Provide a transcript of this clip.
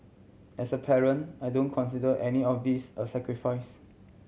as a parent I don't consider any of this a sacrifice